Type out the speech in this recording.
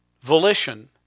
volition